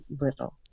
little